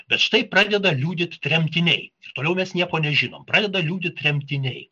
bet štai pradeda liudyt tremtiniai toliau mes nieko nežinom pradeda liudyt tremtiniai